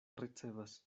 ricevas